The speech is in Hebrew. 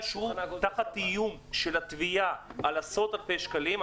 נמצא תחת איום של תביעה על עשרות אלפי שקלים.